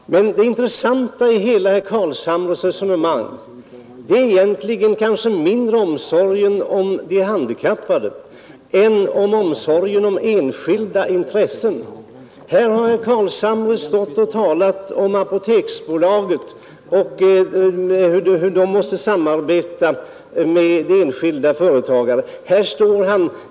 Det intressanta i herr Carlshamres resonemang är mindre omsorgen om de handikappade än omsorgen om enskilda intressen. Här har herr Carlshamre stått och talat om att Apoteksbolaget måste samarbeta med enskilda företagare.